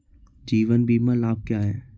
जीवन बीमा लाभ क्या हैं?